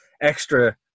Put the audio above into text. extra